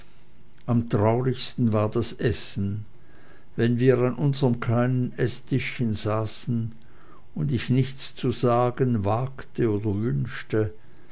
am traurigsten war das essen wenn wir an unserm kleinen eßtischen saßen und ich nichts zu sagen wagte oder wünschte